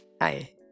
hi